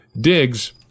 Diggs